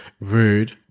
rude